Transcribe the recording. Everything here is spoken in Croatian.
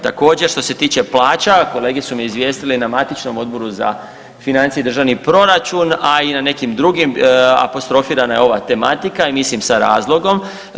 Također što se tiče plaća kolege su me izvijestile na matičnom Odboru za financije i državni proračun, a i na nekim drugim apostrofirana je ova tematika i mislim sa razlogom.